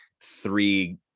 three